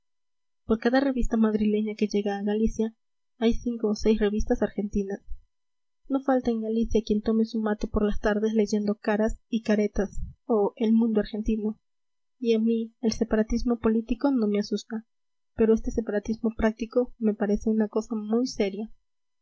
por cada revista madrileña que llega a galicia hay cinco o seis revistas argentinas no falta en galicia quien tome su mate por las tardes leyendo caras y caretas o el mundo argentino y a mí el separatismo político no me asusta pero este separatismo práctico me parece una cosa muy seria